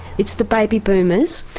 it's the baby boomers,